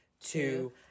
two